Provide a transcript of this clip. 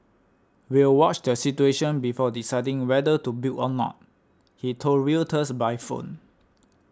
we'll watch the situation before deciding whether to build or not he told Reuters by phone